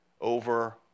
over